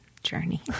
Journey